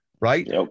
right